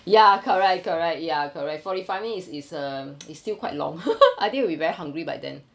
ya correct correct ya correct forty five minutes it's it's um it's still quite long I think we'll be very hungry by then